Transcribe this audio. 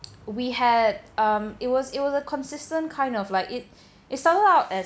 we had um it was it was a consistent kind of like it it started out as